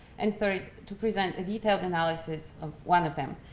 and third, to present a detailed analysis of one of them,